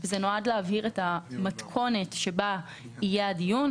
וזה נועד להבהיר את המתכונת שבה יהיה הדיון.